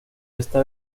esta